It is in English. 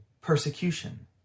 persecution